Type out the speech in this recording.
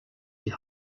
die